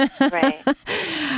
Right